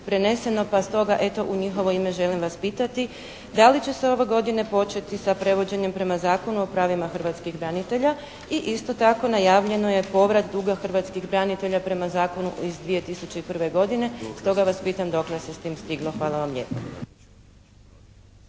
pa stoga eto, u njihovo ime želim vas pitati da li će se ova godina početi sa prevođenjem prema Zakonu o pravima hrvatskih branitelja? I isto tako najavljeno je povrat duga hrvatskih branitelja prema zakonu iz 2001. godine stoga vas pitam doklen se s tim stiglo? Hvala vam lijepo.